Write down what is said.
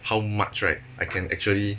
how much right I can actually